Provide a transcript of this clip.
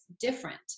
different